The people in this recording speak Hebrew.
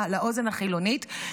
לאוזן החילונית,